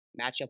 Matchup